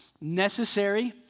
necessary